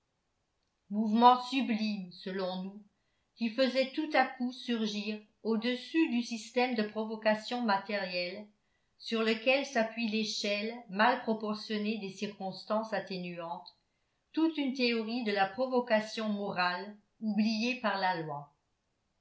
sublime selon nous qui faisait tout à coup surgir au-dessus du système de provocation matérielle sur lequel s'appuie l'échelle mal proportionnée des circonstances atténuantes toute une théorie de la provocation morale oubliée par la loi